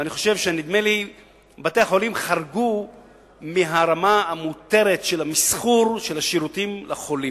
נדמה לי שבתי-החולים חרגו מהרמה המותרת של מסחור השירותים לחולים.